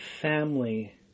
family